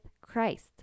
Christ